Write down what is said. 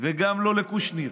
וגם לא לקושניר,